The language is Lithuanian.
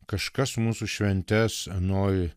kažkas mūsų šventes nori